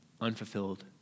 unfulfilled